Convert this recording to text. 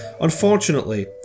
Unfortunately